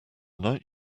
night